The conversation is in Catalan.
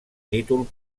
títol